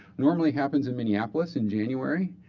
normally happens in minneapolis in january.